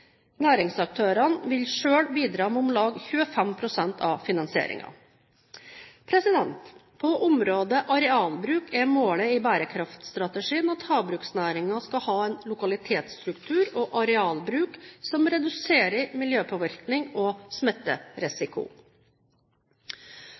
Næringsaktørene vil selv bidra med om lag 25 pst. av finansieringen. På området arealbruk er målet i bærekraftstrategien at havbruksnæringen skal ha «en lokalitetsstruktur og arealbruk som reduserer miljøpåvirkning og